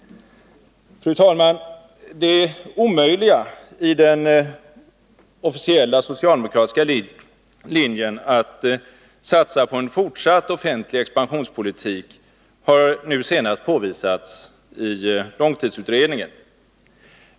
Fru talman! Det omöjliga i den officiella socialdemokratiska linjen, att satsa på en fortsatt offentlig expansionspolitik, har nu senast påvisats i långtidsutredningen.